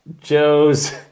Joe's